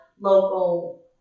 local